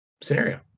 scenario